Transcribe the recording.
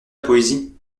poésie